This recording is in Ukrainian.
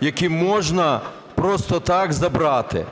які можна просто так забрати.